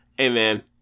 Amen